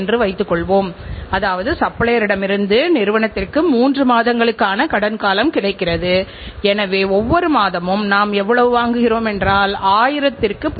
எனவே தரக் கட்டுப்பாடு என்பது நிறுவன கட்டுப்பாட்டு அமைப்பு மற்றும் தரக் கட்டுப்பாட்டை உறுதி செய்வதற்கான மிக முக்கியமான மற்றொரு நுட்பமாகும்